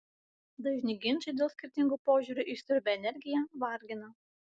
dažni ginčai dėl skirtingų požiūrių išsiurbia energiją vargina